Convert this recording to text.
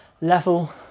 level